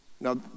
Now